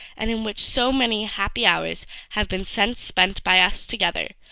and in which so many happy hours have been since spent by us together,